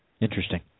Interesting